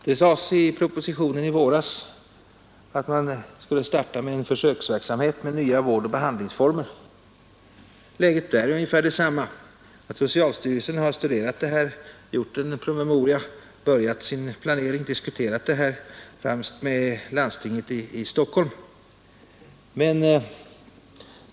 Det sades i propositionen i våras att man skulle starta en försöksverksamhet med nya vårdoch behandlingsformer. Läget där är ungefär detsamma. Socialstyrelsen har studerat förutsättningarna, gjort en promemoria, börjat en planering och diskuterat med landstinget i Stockholm.